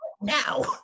now